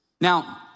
Now